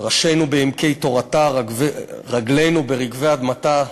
"ראשינו בעמקי תורתה, רגלינו ברגבי אדמתה".